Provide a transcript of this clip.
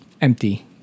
empty